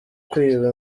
kwiba